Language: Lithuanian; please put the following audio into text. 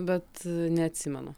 bet neatsimenu